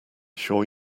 sure